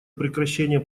прекращение